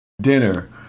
Dinner